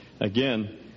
again